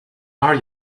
are